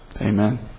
Amen